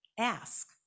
ask